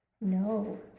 No